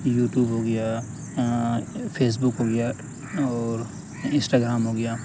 YouTube ہو گیا Facebook ہو گیا اور انسٹاگرام ہو گیا